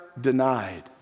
denied